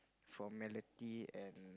formality and